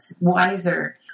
wiser